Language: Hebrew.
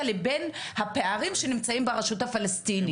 לגבי השאלה על הביטוח, בוודאי, כן.